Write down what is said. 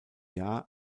jahr